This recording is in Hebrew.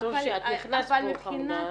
את נכנסת מאוחר.